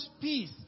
peace